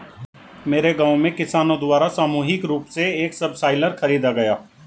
मेरे गांव में किसानो द्वारा सामूहिक रूप से एक सबसॉइलर खरीदा गया